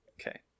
Okay